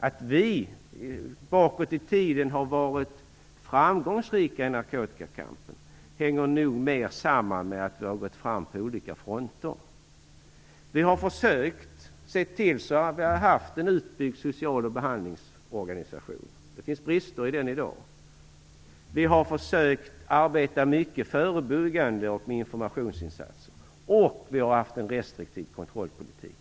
Att vi bakåt i tiden har varit framgångsrika i narkotikakampen hänger nog mer samman med att vi har gått fram på olika fronter. Vi har försökt att se till att ha en utbyggd social behandlingsorganisation. Det finns brister i den i dag. Vi har försökt att arbeta mycket förebyggande med informationsinsatser, och vi har haft en restriktiv kontrollpolitik.